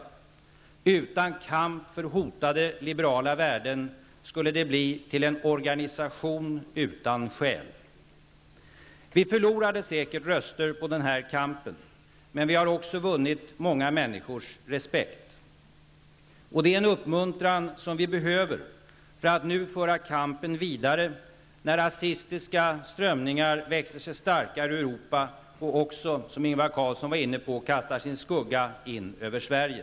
Och utan kampen för hotade liberala värden skulle det bli en organisation utan själ. Vi förlorade säkert röster på den här kampen. Men vi har också vunnit många människors respekt. Det är en uppmuntran som vi behöver för att kunna föra kampen vidare nu när rasistiska strömningar växer sig starkare i Europa, vilka också, som Ingvar Carlsson var inne på, kastar sin skugga över Sverige.